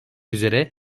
üzere